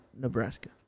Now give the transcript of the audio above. Nebraska